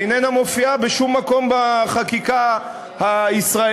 איננה מופיעה בשום מקום בחקיקה הישראלית,